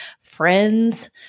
friends